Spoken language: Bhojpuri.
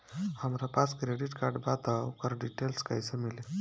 हमरा पास क्रेडिट कार्ड बा त ओकर डिटेल्स कइसे मिली?